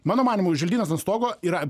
mano manymu želdynas ant stogo yra